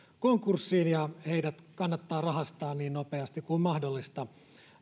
konkurssiin ja heidät kannattaa rahastaa niin nopeasti kuin on mahdollista